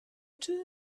two